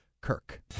Kirk